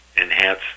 enhance